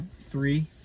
Three